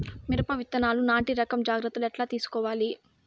మిరప విత్తనాలు నాటి రకం జాగ్రత్తలు ఎట్లా తీసుకోవాలి?